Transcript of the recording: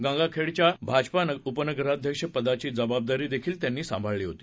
गंगाखेडच्या भाजपा उपनगराध्यक्षपदाची जबाबदारीही त्यांनी सांभाळली होती